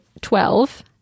twelve